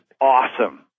awesome